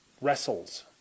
wrestles